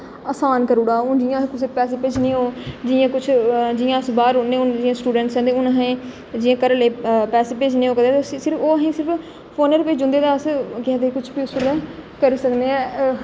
आसान करी उड़ा दा हून जि'यां कुसै पैसे भेजने होन जि'यां कुछ जि'यां अस बाहर रौहने आं हून स्टूडेंट्स आं हून असें गी घरा आह्लें पैसे भेजने होन कदें ते असें ई ओह् सिर्फ फोनै उप्पर भेजी दे ते अस केह् आखदे कुसलै बी करी सकने आं